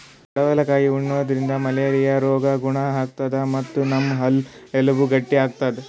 ಪಡವಲಕಾಯಿ ಉಣಾದ್ರಿನ್ದ ಮಲೇರಿಯಾ ರೋಗ್ ಗುಣ ಆತದ್ ಮತ್ತ್ ನಮ್ ಹಲ್ಲ ಎಲಬ್ ಗಟ್ಟಿ ಆತವ್